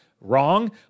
Wrong